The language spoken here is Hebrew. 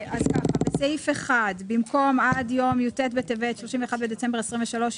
בסעיף 1 במקום "עד יום י"ט בטבת (31 בדצמבר 2023)"